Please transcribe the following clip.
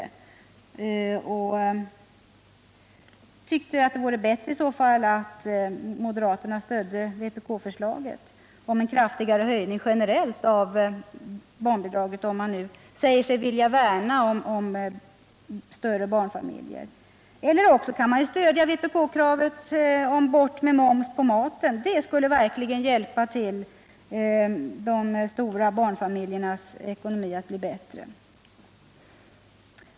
Jag tycker i så fall att det vore bättre att moderaterna stödde vpk-förslaget om en kraftigare höjning generellt av barnbidraget om man nu vill värna om större barnfamiljer. Eller också kan man stödja vpk-kravet ”bort med moms på maten”. Det skulle verkligen hjälpa de stora barnfamiljernas ekonomi att bli bättre.